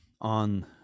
on